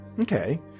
Okay